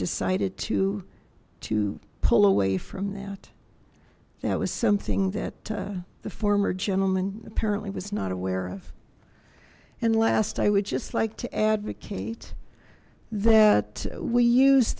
decided to to pull away from that that was something that the former gentleman apparently was not aware of and last i would just like to advocate that we use